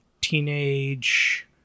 teenage